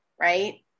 right